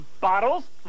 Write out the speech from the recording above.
Bottles